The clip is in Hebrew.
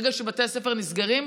ברגע שבתי הספר נסגרים,